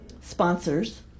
sponsors